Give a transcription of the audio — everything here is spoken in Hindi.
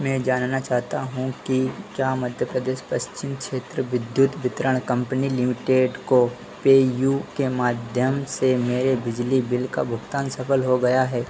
मैं जानना चाहता हूँ की क्या मध्य प्रदेश पश्चिम क्षेत्र विद्युत वितरण कम्पनी लिमिटेड को पेयू के माध्यम से मेरे बिजली बिल का भुगतान सफल हो गया है